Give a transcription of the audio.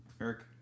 Eric